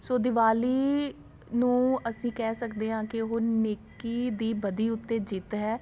ਸੋ ਦਿਵਾਲੀ ਨੂੰ ਅਸੀਂ ਕਹਿ ਸਕਦੇ ਹਾਂ ਕਿ ਉਹ ਨੇਕੀ ਦੀ ਬਦੀ ਉੱਤੇ ਜਿੱਤ ਹੈ